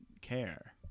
care